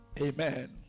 Amen